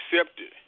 accepted